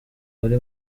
wari